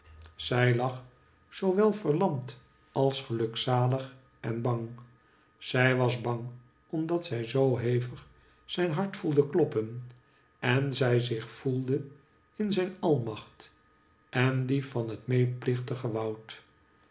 zij lag zoo wel verlamd als gelukzalig en bang zij was bang omdat zij zoo hevig zijn hart voelde kloppen en zij zich voelde in zijn almacht en die van het meeplichtige woud